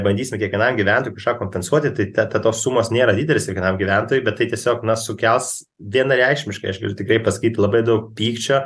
bandysime kiekvienam gyventojui kažką kompensuoti tai te ta tos sumos nėra didelės kiekvienam gyventojui bet tai tiesiog na sukels vienareikšmiškai aš galiu tikrai pasakyt labai daug pykčio